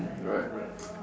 right right